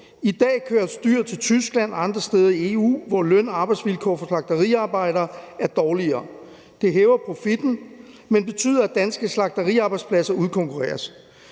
I dag køres dyr til Tyskland og andre steder i EU, hvor løn- og arbejdsvilkår for slagteriarbejdere er dårligere. Det hæver profitten, men det betyder, at danske slagteriarbejdspladser udkonkurreres.